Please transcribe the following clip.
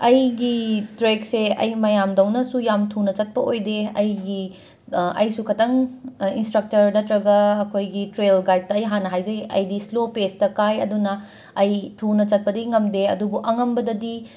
ꯑꯩꯒꯤ ꯇ꯭ꯔꯦꯛꯁꯦ ꯑꯩ ꯃꯌꯥꯝꯗꯧꯅꯁꯨ ꯌꯥꯝꯅ ꯊꯨꯅ ꯆꯠꯄ ꯑꯣꯏꯗꯦ ꯑꯩꯒꯤ ꯑꯩꯁꯨ ꯈꯤꯇꯪ ꯏꯟꯁꯇ꯭ꯔꯛꯇꯔ ꯅꯠꯇ꯭ꯔꯒ ꯑꯩꯈꯣꯏꯒꯤ ꯇ꯭ꯔꯦꯜ ꯒꯥꯏꯠꯇ ꯍꯥꯟꯅ ꯍꯥꯏꯖꯩ ꯑꯩꯗꯤ ꯁ꯭ꯂꯣ ꯄꯦꯁꯇ ꯀꯥꯏ ꯑꯗꯨꯅ ꯑꯩ ꯊꯨꯅ ꯆꯠꯄꯗꯤ ꯉꯝꯗꯦ ꯑꯗꯨꯕꯨ ꯑꯉꯝꯕꯗꯗꯤ